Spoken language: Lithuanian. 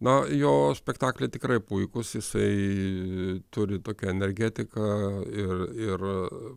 na jo spektakliai tikrai puikūs jisai turi tokią energetiką ir ir